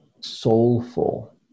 soulful